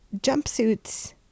jumpsuits